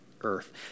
Earth